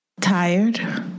tired